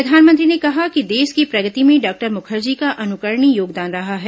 प्रधानमंत्री ने कहा कि देश की प्रगति में डॉक्टर मुखर्जी का अनुकरणीय योगदान रहा है